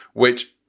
which